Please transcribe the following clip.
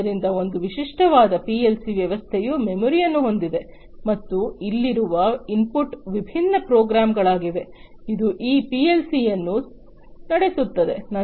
ಆದ್ದರಿಂದ ಒಂದು ವಿಶಿಷ್ಟವಾದ ಪಿಎಲ್ಸಿ ವ್ಯವಸ್ಥೆಯು ಮೆಮೊರಿಯನ್ನು ಹೊಂದಿದೆ ಮತ್ತು ಇಲ್ಲಿರುವ ಇನ್ಪುಟ್ ವಿಭಿನ್ನ ಪ್ರೋಗ್ರಾಮ್ಗಳಾಗಿವೆ ಅದು ಈ ಪಿಎಲ್ಸಿಯನ್ನು ನಡೆಸುತ್ತದೆ